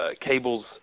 Cable's